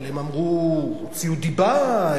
אבל הם הוציאו דיבה,